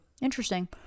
interesting